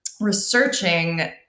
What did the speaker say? researching